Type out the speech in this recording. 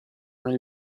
nel